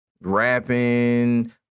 rapping